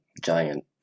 giant